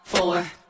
Four